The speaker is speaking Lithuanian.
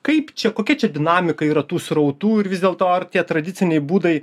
kaip čia kokia čia dinamika yra tų srautų ir vis dėl to tie tradiciniai būdai